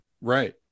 right